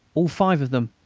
all five of them,